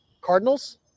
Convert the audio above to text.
Cardinals